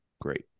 great